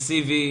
אגרסיבי.